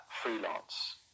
freelance